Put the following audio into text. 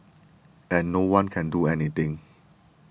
and no one can do anything